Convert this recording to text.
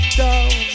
down